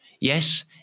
Yes